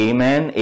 Amen